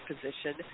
position